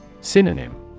Synonym